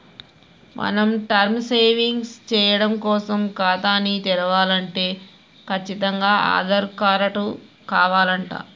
మనం term savings సేయడం కోసం ఖాతాని తెరవలంటే కచ్చితంగా ఆధార్ కారటు కావాలంట